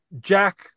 Jack